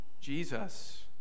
Jesus